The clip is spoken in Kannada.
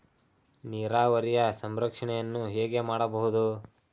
ನೀರಾವರಿಯ ಸಂರಕ್ಷಣೆಯನ್ನು ಹೇಗೆ ಮಾಡಬಹುದು?